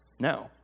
No